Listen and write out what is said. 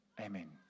Amen